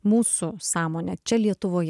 mūsų sąmonę čia lietuvoje